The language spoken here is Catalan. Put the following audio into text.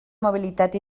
mobilitat